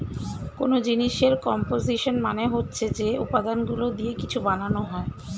কোন জিনিসের কম্পোসিশন মানে হচ্ছে যে উপাদানগুলো দিয়ে কিছু বানানো হয়